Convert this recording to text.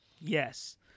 Yes